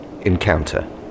encounter